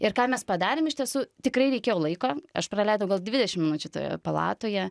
ir ką mes padarėm iš tiesų tikrai reikėjo laiko aš praleidau gal dvidešim minučių toje palatoje